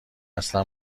اصلا